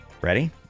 Ready